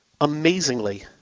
amazingly